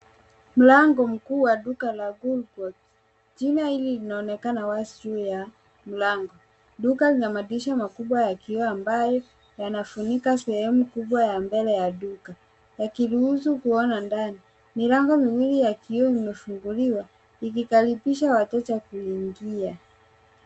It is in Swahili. Mlango mkuu wa duka la Woolworths . Jina hili linaonekana wazi juu ya mlango. Duka lina madirisha makubwa ya kioo ambayo yanafunika sehemu kubwa ya mbele ya duka, yakiruhusu kuona ndani. Milango miwili ya kioo imefunguliwa, ikikaribisha wateja kuingia.